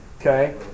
Okay